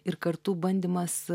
ir kartu bandymas